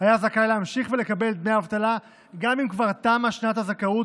היה זכאי להמשיך לקבל את דמי אבטלה גם אם כבר תמה שנת הזכאות,